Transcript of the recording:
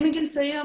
מגיל צעיר,